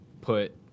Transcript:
put